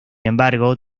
embargo